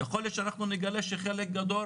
יכול להיות שאנחנו נגלה שחלק גדול